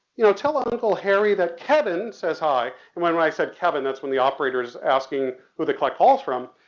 you know, tell uncle harry that kevin says hi. and when when i said kevin that's when the operator was asking who the collect call was from.